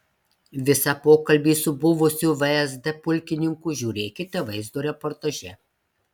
visą pokalbį su buvusiu vsd pulkininku žiūrėkite vaizdo reportaže